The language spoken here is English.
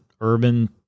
urban